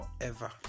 forever